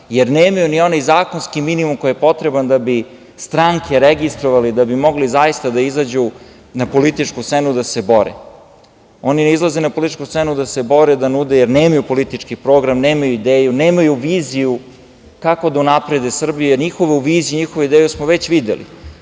jer nemaju ni onaj zakonski minimum koji je potreban da bi stranke registrovali, da bi mogli zaista da izađu na političku scenu da se bore. Oni ne izlaze na političku scenu da se bore, da nude, jer nemaju politički program, nemaju ideju, nemaju viziju kako da unaprede Srbiju, jer njihovu viziju i njihovu ideju smo već videli.